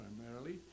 primarily